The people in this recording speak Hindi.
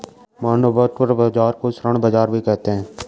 बंधपत्र बाज़ार को ऋण बाज़ार भी कहते हैं